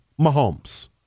Mahomes